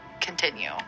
continue